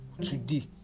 today